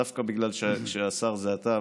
דווקא בגלל שהשר זה אתה,